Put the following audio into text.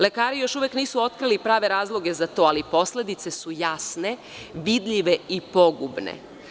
Lekari još uvek nisu otkrili pravi razloge za to ali posledice su jasne, vidljive i pogubne.